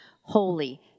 holy